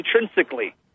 intrinsically